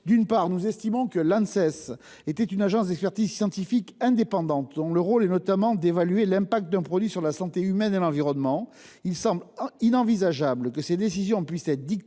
D'une part, nous estimons que l'Anses est une agence d'expertise scientifique indépendante, dont le rôle est notamment d'évaluer l'impact d'un produit sur la santé humaine et l'environnement. Il semble inenvisageable que ses décisions puissent être dictées